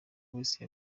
wese